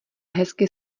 hezky